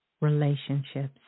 relationships